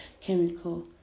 chemical